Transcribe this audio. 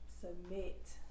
submit